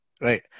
right